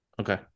Okay